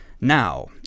Now